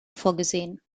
vorgesehen